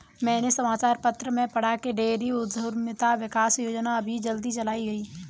मैंने समाचार पत्र में पढ़ा की डेयरी उधमिता विकास योजना अभी जल्दी चलाई गई है